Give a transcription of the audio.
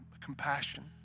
compassion